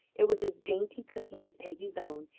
it was as dainty cooking as peggy's own,